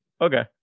Okay